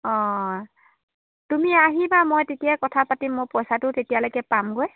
অঁ তুমি আহিবা মই তেতিয়া কথা পাতিম মোৰ পইচাটো তেতিয়ালৈকে পামগৈ